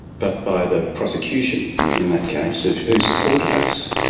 but by the prosecution in that case, so who supported us,